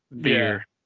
beer